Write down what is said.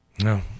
No